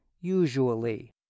usually